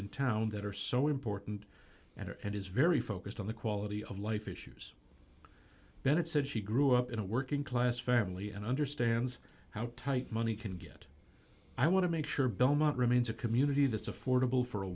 in town that are so important and is very focused on the quality of life issues bennett said she grew up in a working class family and understands how tight money can get i want to make sure belmont remains a community that's affordable for a